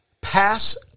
pass